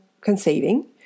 conceiving